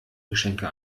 geschenke